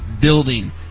building